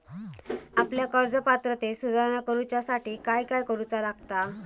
आपल्या कर्ज पात्रतेत सुधारणा करुच्यासाठी काय काय करूचा लागता?